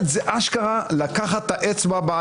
זה אשכרה לקחת את האצבע,